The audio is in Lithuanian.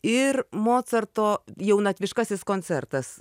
ir mocarto jaunatviškasis koncertas